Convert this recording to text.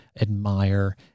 admire